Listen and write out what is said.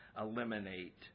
eliminate